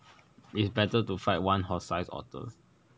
it's better to fight one horse sized author